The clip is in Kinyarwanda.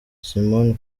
simon